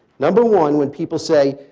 number one, when people say,